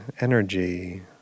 energy